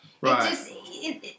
Right